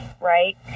Right